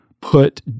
put